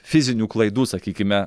fizinių klaidų sakykime